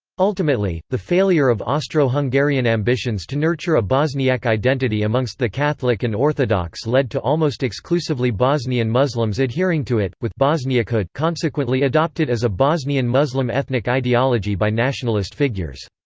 ultimately, the failure of austro-hungarian ambitions to nurture a bosniak identity amongst the catholic and orthodox led to almost exclusively bosnian muslims adhering to it, with bosniakhood consequently adopted as a bosnian muslim ethnic ideology by nationalist figures.